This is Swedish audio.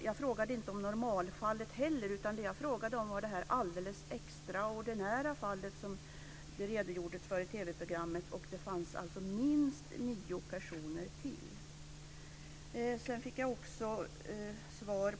Jag frågade inte heller om normalfallet, utan jag frågade om det alldeles extraordinära fallet som det redogjordes för i TV programmet, och det fanns alltså minst ytterligare nio personer.